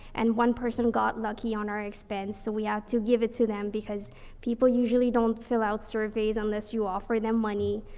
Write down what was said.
and one person got lucky on our expense. so we had to give it to them because people usually don't fill out surveys unless you offer them money.